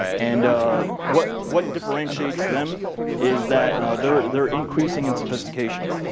and ah what what differentiates them is that they're they're increasing in sophistication.